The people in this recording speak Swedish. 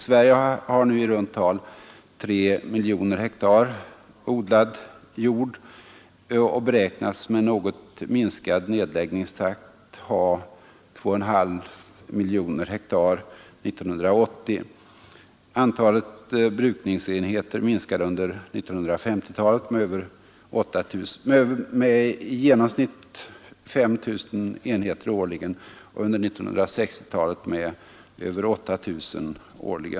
Sverige har nu i runt tal 3 miljoner hektar odlad jord och beräknas vid något minskad nedläggningstakt ha 2,5 miljoner hektar 1980. Antalet brukningsenheter minskade under 1950-talet årligen med i genomsnitt 5000 och under 1960-talet med 8 000.